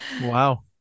Wow